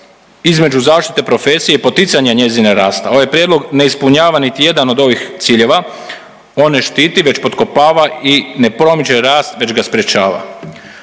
između zaštite profesije i poticanja njezina rasta. Ovaj prijedlog ne ispunjava niti jedan od ovih ciljeva, on ne štiti već potkopava i ne promiče rast već ga sprječava.